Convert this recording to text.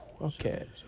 Okay